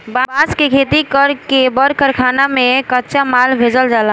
बांस के खेती कर के बड़ कारखाना में कच्चा माल भेजल जाला